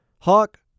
Hawk